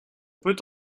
peut